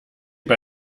bei